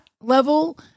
level